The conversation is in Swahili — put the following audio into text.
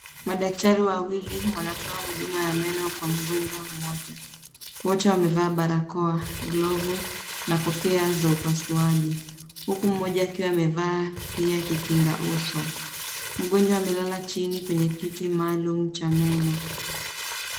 Madktari wawili wanatoa huduma ya meno kwa mgonjwa mmoja. Wote wamevaa barakoa, glovu na kofia za upasuaji, huku mmoja akiwa amevaa pia kikinga uso. Mgonjwa amelala chini ya kiti maalum cha meno.